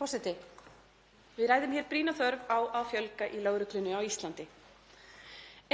Forseti. Við ræðum hér brýna þörf á að fjölga í lögreglunni á Íslandi.